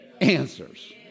answers